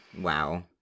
Wow